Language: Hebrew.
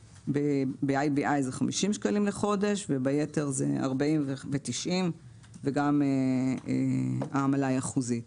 ב-IBI זה 50 שקלים לחודש וביתר זה 40 ו-90 וגם העמלה היא אחוזית.